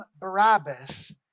Barabbas